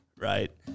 right